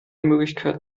möglichkeiten